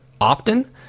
often